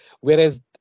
whereas